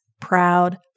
proud